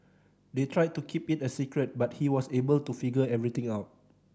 they tried to keep it a secret but he was able to figure everything out